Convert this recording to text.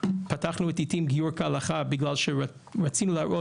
פתחנו את "עתים גיור כהלכה" בגלל שרצינו להראות